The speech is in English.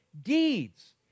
deeds